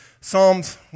Psalms